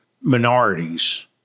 minorities